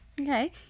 Okay